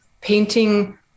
painting